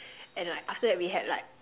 and like after that we had like